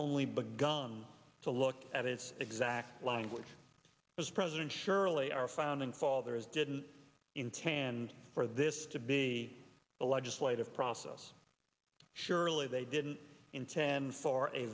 only begun to look at his exact language was president surely our founding fathers didn't intend for this to be a legislative process surely they didn't intend